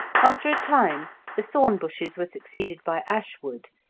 after a time the thorn bushes were succeeded by ash wood,